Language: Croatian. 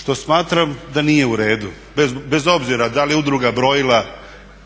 što smatram da nije u redu, bez obzira da li udruga brojila